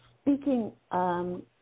speaking